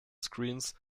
screens